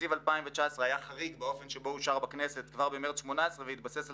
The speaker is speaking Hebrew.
תקציב 2019 היה חריג באופן שבו אושר בכנסת כבר במרץ 2018 והתבסס על